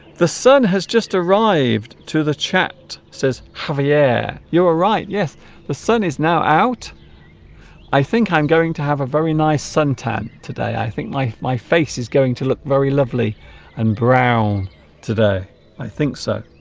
the sun has just arrived to the chat says javier you're right yes the sun is now out i think i'm going to have a very nice suntan today i think my my face is going to look very lovely and brown today i think so